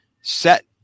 set